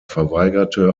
verweigerte